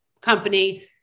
company